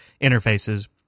interfaces